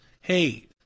hey